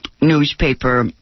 newspaper